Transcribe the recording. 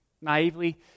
Naively